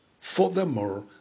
Furthermore